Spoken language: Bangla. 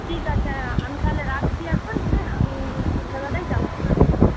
ঠিক আছে আমি তাহলে রাখছি এখন হ্যাঁ আমি সন্ধ্যেবেলায় যাব আপনার কাছে